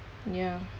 ya